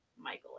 Michael